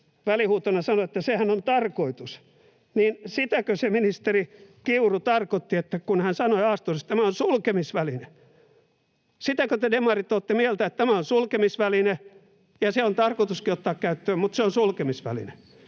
välihuutona sanoi, että sehän on tarkoitus, niin sitäkö se ministeri Kiuru tarkoitti, kun hän sanoi A-studiossa, että tämä on sulkemisväline? Sitäkö mieltä te demarit olette, että tämä on sulkemisväline ja se on tarkoituskin ottaa käyttöön, mutta se on sulkemisväline?